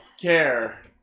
care